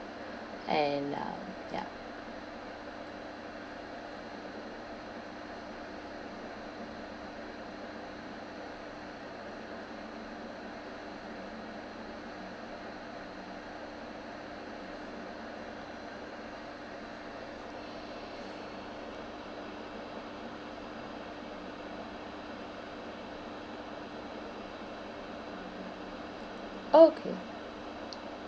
and um yup okay